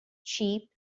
cheap